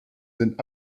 sind